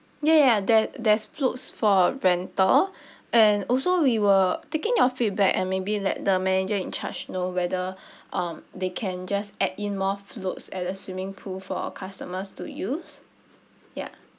ya ya there there's floats for rental and also we were taking your feedback and maybe let the manager in charge know whether um they can just add in more floats at the swimming pool for customers to use ya